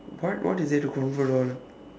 what what is there to convert all